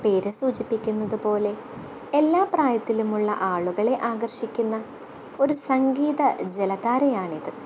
പേരു സൂചിപ്പിക്കുന്നതു പോലെ എല്ലാ പ്രായത്തിലുമുള്ള ആളുകളെ ആകര്ഷിക്കുന്ന ഒരു സംഗീത ജലധാരയാണിത്